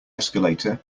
escalator